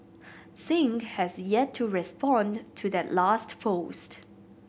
Singh has yet to respond to that last post